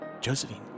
Josephine